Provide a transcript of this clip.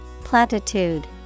Platitude